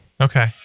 okay